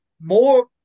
more –